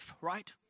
right